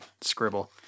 scribble